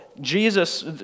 Jesus